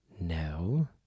No